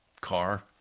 car